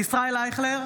ישראל אייכלר,